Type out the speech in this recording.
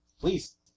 Please